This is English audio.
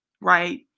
right